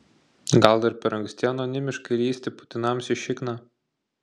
gal dar per anksti anonimiškai lįsti putinams į šikną